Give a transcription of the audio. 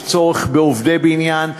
יש צורך בעובדי בניין.